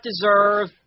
deserve